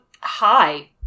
Hi